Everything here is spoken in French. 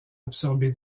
absorbée